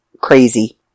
crazy